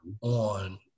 on